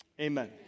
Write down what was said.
Amen